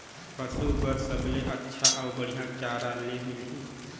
पशु बार सबले अच्छा अउ बढ़िया चारा ले मिलही?